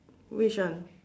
which one